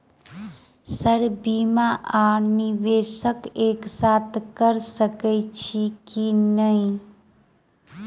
Sir बीमा आ निवेश एक साथ करऽ सकै छी की न ई?